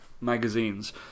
magazines